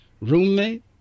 roommate